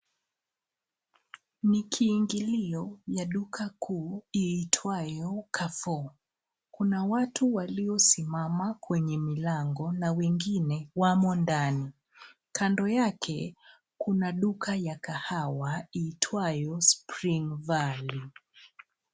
Ni kiingilio ya duka kuu iitwayo, Carrefour. Kuna watu waliyosimama kwenye milango na wengine wamo ndani. Kando yake kuna duka ya kahawa iitwayo, Spring Valley.